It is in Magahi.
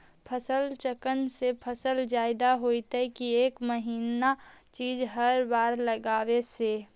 फसल चक्रन से फसल जादे होतै कि एक महिना चिज़ हर बार लगाने से?